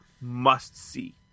must-see